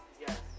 Yes